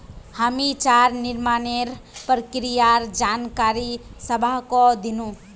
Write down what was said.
हामी चारा निर्माणेर प्रक्रियार जानकारी सबाहको दिनु